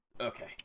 Okay